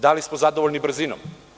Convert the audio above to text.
Da li smo zadovoljni brzinom?